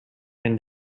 and